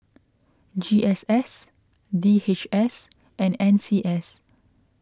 G S S D H S and N C S